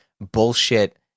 bullshit